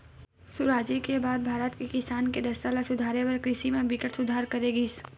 सुराजी के बाद भारत के किसान के दसा ल सुधारे बर कृषि म बिकट सुधार करे गिस